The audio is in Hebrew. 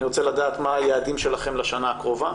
אני רוצה לדעת מה היעדים שלכם לשנה הקרובה.